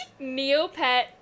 Neopet